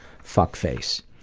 fuckface.